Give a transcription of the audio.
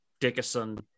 Dickerson